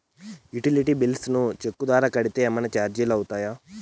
Utility bills ను cheque ద్వారా కట్టితే ఏమన్నా చార్జీలు అవుతాయా?